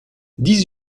dix